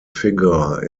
figure